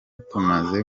tumaze